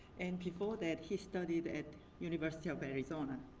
and before that, he studied at university of arizona.